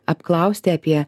apklausti apie